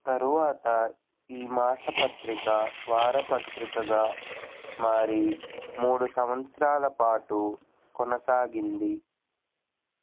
తరువాత ఈ మాసపత్రిక వారపత్రికగా మారి మూడు సంవత్సరాల పాటు కొనసాగింది